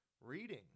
Reading